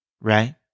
Right